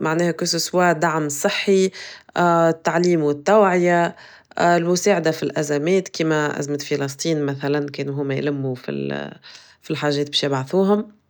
معناها كو سوسوا دعم صحي التعليم والتوعية المساعدة في الأزمات كما أزمة فلسطين مثلا كانوا هم يلموا في الحاجات بش يبعثوهم.